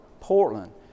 Portland